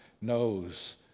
knows